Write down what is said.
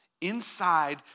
inside